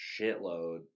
shitload